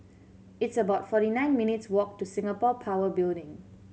it's about forty nine minutes' walk to Singapore Power Building